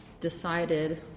decided